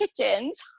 kitchens